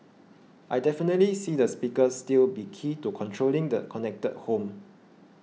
I definitely see the speaker still be key to controlling the connected home